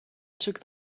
took